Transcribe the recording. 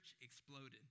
exploded